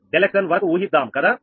∆𝑥n వరకు ఊహిద్దాం కదా